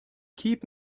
keep